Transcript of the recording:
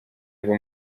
biva